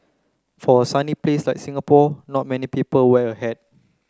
for a sunny place like Singapore not many people wear a hat